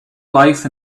life